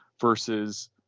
versus